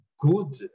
good